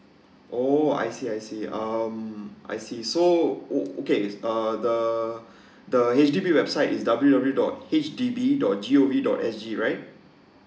oh I see I see um I see so o~ okay uh the the H_D_B website is W W dot H D B dot G O V dot S G right